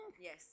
Yes